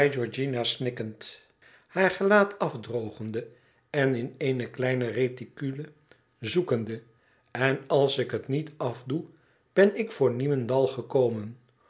haar gelaat afdrogende en in eene kleine reticule zoekende en als ik het niet afdoe ben ik voor niemendal gekomen